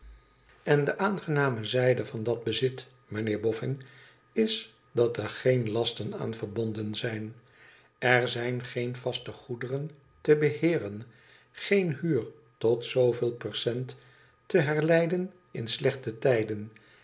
n de aangename zijde van dat bezit mijnheer bofün is dat er geen lasten aan verbonden zijn er zijn geen vaste goederen te beheeren geen huur tot zooveel percent te herleiden in slechte tijden